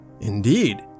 Indeed